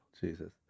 Jesus